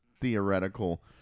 theoretical